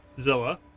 Zilla